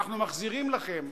אנחנו מחזירים לכם,